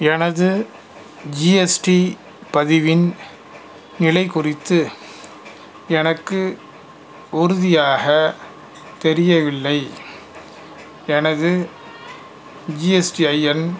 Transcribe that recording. எனது ஜிஎஸ்டி பதிவின் நிலை குறித்து எனக்கு உறுதியாக தெரியவில்லை எனது ஜிஎஸ்டிஐஎன்